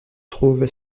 trouve